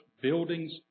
buildings